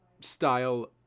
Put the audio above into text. style